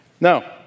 No